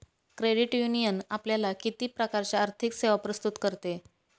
Credit union आपल्याला किती प्रकारच्या आर्थिक सेवा प्रस्तुत करते?